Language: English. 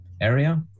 area